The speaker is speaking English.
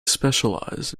specialize